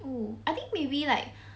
oh I think maybe like